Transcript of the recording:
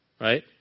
right